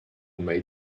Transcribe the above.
may